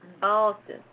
Boston